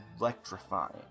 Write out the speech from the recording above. electrifying